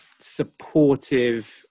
supportive